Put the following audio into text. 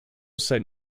set